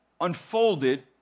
unfolded